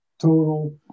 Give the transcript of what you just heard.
total